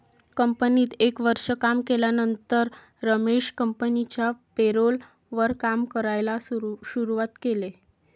कंपनीत एक वर्ष काम केल्यानंतर रमेश कंपनिच्या पेरोल वर काम करायला शुरुवात केले